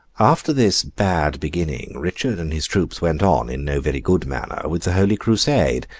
after this bad beginning, richard and his troops went on, in no very good manner, with the holy crusade.